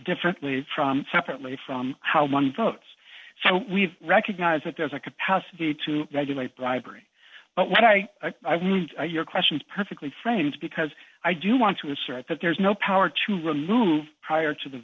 differently from separately from how one votes so we recognize that there's a capacity to regulate bribery but what are your question is perfectly framed because i do want to assert that there is no power to remove prior to the